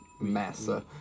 massa